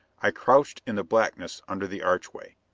i crouched in the blackness under the archway.